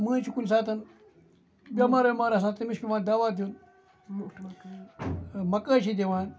مٔنٛزۍ چھِ کُنہ ساتہٕ بیٚمار ویٚمار آسان تمِس چھُ پیٚوان دَوا دیُن مَکٲے چھِ دِوان